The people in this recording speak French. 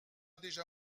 déjà